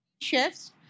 chefs